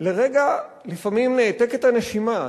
לרגע לפעמים נעתקת הנשימה.